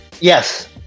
Yes